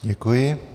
Děkuji.